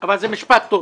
אני בדקתי את זה.